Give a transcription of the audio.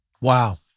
Wow